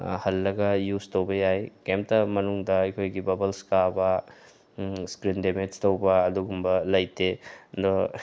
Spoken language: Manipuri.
ꯍꯜꯂꯒ ꯌꯨꯖ ꯇꯧꯕ ꯌꯥꯏ ꯀꯔꯤꯝꯇ ꯃꯅꯨꯡꯗ ꯑꯩꯈꯣꯏꯒꯤ ꯕꯕꯜꯁ ꯀꯥꯕ ꯏꯁꯀ꯭ꯔꯤꯟ ꯗꯦꯃꯦꯖ ꯇꯧꯕ ꯑꯗꯨꯒꯨꯝꯕ ꯂꯩꯇꯦ ꯑꯗꯣ